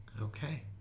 Okay